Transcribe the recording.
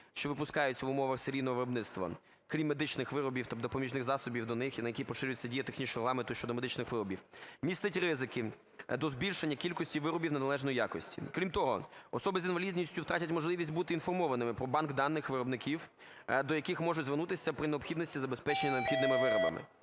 що випускаються в умовах серійного виробництва, крім медичних виробів та допоміжних засобів до них і на які поширюється дія технічного регламенту щодо медичних виробів, містить ризики до збільшення кількості виробів неналежної якості. Крім того, особи з інвалідністю втратять можливість бути інформованими про банк даних виробників, до яких можуть звернутися при необхідності забезпечення необхідними виробами.